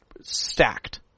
stacked